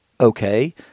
okay